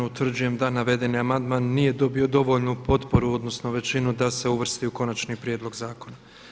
Utvrđujem da navedeni amandman nije dobio dovoljnu potporu, odnosno većinu da se uvrsti u konačni prijedlog zakona.